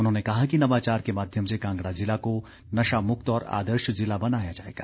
उन्होंने कहा कि नवाचार के माध्यम से कांगड़ा जिला को नशामुक्त और आदर्श जिला बनाया जाएगा